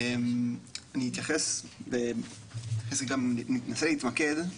אני אתייחס ואני גם אנסה להתמקד,